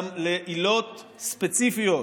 לעילות ספציפיות,